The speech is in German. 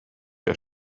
der